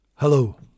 Hello